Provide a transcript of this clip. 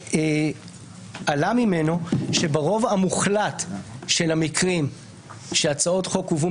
-- ועלה ממנו שברוב המוחלט של המקרים שהצעות חוק הובאו